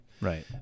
Right